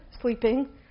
sleeping